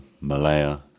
Malaya